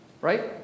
Right